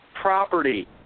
property